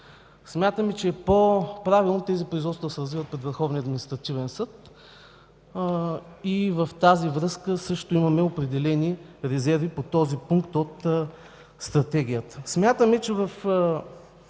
Смятаме, че е по-правилно тези производства да се развиват пред Върховния административен съд. В тази връзка също имаме определени резерви по този пункт от Стратегията.